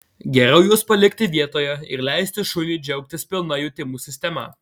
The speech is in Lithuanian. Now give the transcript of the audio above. geriau juos palikti vietoje ir leisti šuniui džiaugtis pilna jutimų sistema